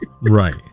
Right